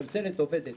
מצלצלת עובדת